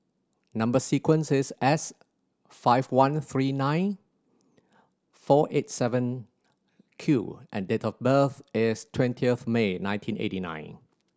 number sequence is S five one three nine four eight seven Q and date of birth is twentieth May nineteen eighty nine